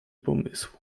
pomysł